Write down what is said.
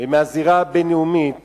ומהזירה הבין-לאומית